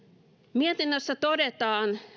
mietinnössä todetaan